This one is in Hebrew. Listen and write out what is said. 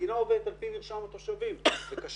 המדינה עובדת על פי מרשם התושבים וקשה